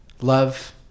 love